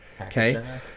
Okay